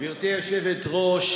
גברתי היושבת-ראש,